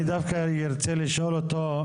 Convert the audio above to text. אני דווקא רוצה לשאול אותו,